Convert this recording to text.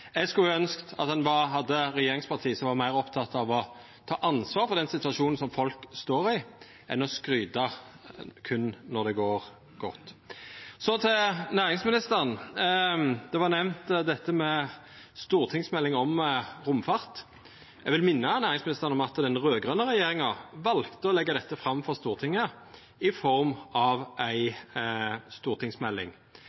Eg skulle ønskt at ein hadde regjeringsparti som var meir opptekne av å ta ansvar for den situasjonen folk står i, enn av å skryta berre når det går godt. Til næringsministeren: Det var nemnt ei stortingsmelding om romfart. Eg vil minna næringsministeren om at den raud-grøne regjeringa valde å leggja dette fram for Stortinget i form av